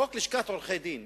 לשכת עורכי-דין